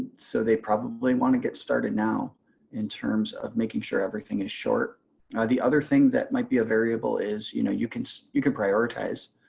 so they probably want to get started now in terms of making sure everything is short. now the other thing that might be a variable is you know you can you can prioritize.